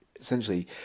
Essentially